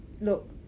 look